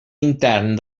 intern